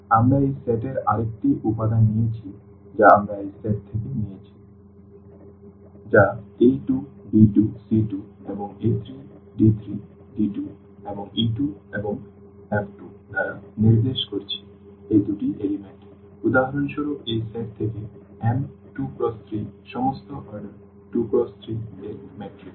আমরা এই সেট এর আরেকটি উপাদান নিয়েছি যা a 2 b 2 c 2 এবং a 3 d 3 d 2 এবং e 2 এবং f 2 দ্বারা নির্দেশ করছি এই দুটি উপাদান উদাহরণস্বরূপ এই সেট থেকে M2×3 সমস্ত অর্ডার 2×3 এর ম্যাট্রিক্স